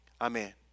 Amen